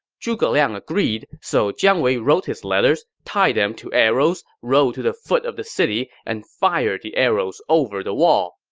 zhuge liang agreed, so jiang wei wrote his letters, tied them to arrows, rode to the foot of the city and fired the arrows over the wall.